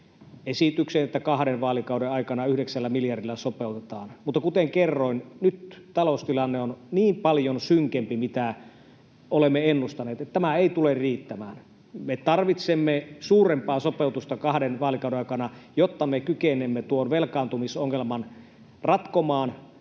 esitykseen, että kahden vaalikauden aikana yhdeksällä miljardilla sopeutetaan. Mutta kuten kerroin, nyt taloustilanne on niin paljon synkempi kuin olemme ennustaneet, että tämä ei tule riittämään. Me tarvitsemme suurempaa sopeutusta kahden vaalikauden aikana, jotta me kykenemme tuon velkaantumisongelman ratkomaan.